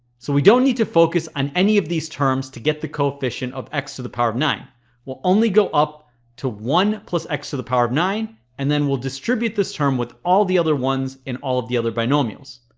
so we don't need to focus on any of these terms to get the coefficient of x to the power of nine we'll only go up to one plus x to the power of nine and then we'll distribute this term with all the other ones in all of the other binomials.